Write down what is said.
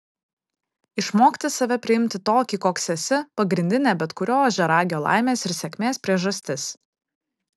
išmokti save priimti tokį koks esi pagrindinė bet kurio ožiaragio laimės ir sėkmės priežastis